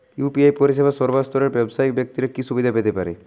UPI পরিসেবা সর্বস্তরের ব্যাবসায়িক ব্যাক্তিরা কি সুবিধা পেতে পারে?